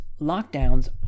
lockdowns